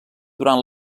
durant